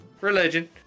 Religion